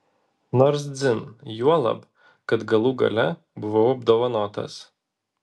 nors dzin juolab kad galų gale buvau apdovanotas